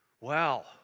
Wow